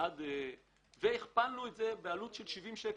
הכפלנו ב-70 שקל.